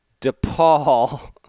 DePaul